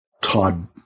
Todd